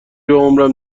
عمرم